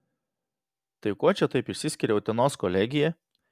tai kuo čia taip išsiskiria utenos kolegija